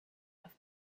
have